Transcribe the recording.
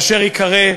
אשר ייקרא,